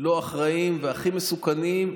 לא אחראים והכי מסוכנים,